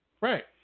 Right